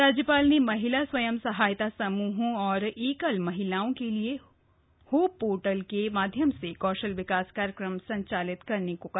राज्यपाल ने महिला स्वयं सहायता समूहों और एकल महिलाओं के लिए होप पोर्टल के माध्यम से कौशल विकास कार्यक्रम संचालित करने को कहा